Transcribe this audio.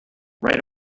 right